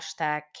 hashtag